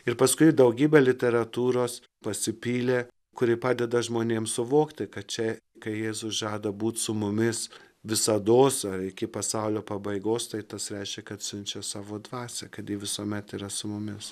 ir paskui daugybę literatūros pasipylė kuri padeda žmonėms suvokti kad čia kai jėzus žada būt su mumis visados ar iki pasaulio pabaigos tai tas reiškia kad siunčia savo dvasią kad ji visuomet yra su mumis